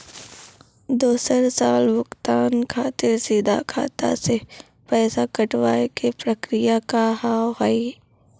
दोसर साल भुगतान खातिर सीधा खाता से पैसा कटवाए के प्रक्रिया का हाव हई?